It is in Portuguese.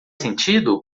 sentido